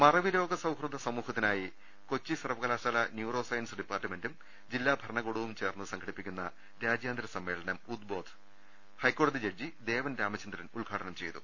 മറവി രോഗ സൌഹൃദ സമൂഹത്തിനായി കൊച്ചി സർവകലാ ശാല ന്യൂറോ സയൻസ് ഡിപ്പാർട്മെന്റും ജില്ലാ ഭര ണകൂടവും ചേർന്ന് സംഘടിപ്പിക്കുന്ന രാജ്യാന്തര സമ്മേ ളനം ഉദ്ബോധ് ഹൈക്കോടതി ജഡ്ജി ദേവൻ രാമച ന്ദ്രൻ ഉദ്ഘാടനം ചെയ്തു